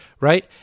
right